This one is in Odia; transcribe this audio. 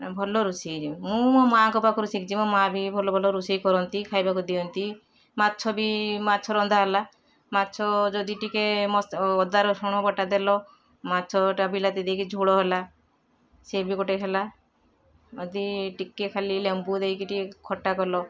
ଭଲ ରୋଷେଇ ମୁଁ ମୋ ମାଁ ଙ୍କ ପାଖରୁ ଶିଖିଛି ମୋ ମାଁ ବି ଭଲ ଭଲ ରୋଷେଇ କରନ୍ତି ଖାଇବାକୁ ଦିଅନ୍ତି ମାଛ ବି ମାଛ ରନ୍ଧା ହେଲା ମାଛ ଯଦି ଟିକେ ମସ ଅଦା ରସୁଣ ବଟା ଦେଲ ମାଛ ଟା ବିଲାତି ଦେଇକି ଝୋଳ ହେଲା ସିଏ ବି ଗୋଟେ ହେଲା ଯଦି ଟିକେ ଖାଲି ଲେମ୍ବୁ ଦେଇକି ଟିକେ ଖଟା କଲ